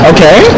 Okay